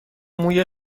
موی